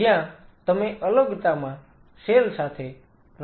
જ્યાં તમે અલગતામાં સેલ સાથે પ્રણાલીની બહાર બધું કરી રહ્યા છો